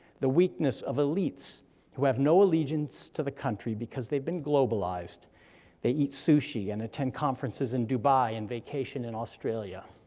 the weakness of elites who have no allegiance to the country because they've been globalized they eat sushi and attend conferences in dubai, and vacation in australia.